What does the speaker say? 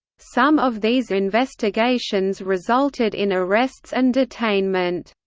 some of these investigations resulted in arrests and detainment.